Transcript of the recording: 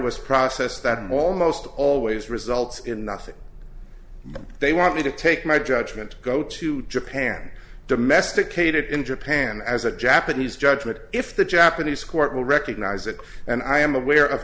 us process that i'm almost always results in nothing they want me to take my judgment go to japan domesticated in japan as a japanese judgment if the japanese court will recognize it and i am aware of